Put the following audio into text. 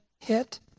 hit